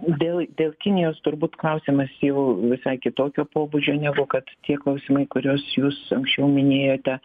dėl dėl kinijos turbūt klausimas jau visai kitokio pobūdžio negu kad tie klausimai kuriuos jūs anksčiau minėjote